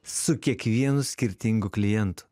su kiekvienu skirtingu klientu